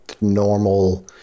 normal